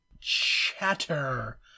chatter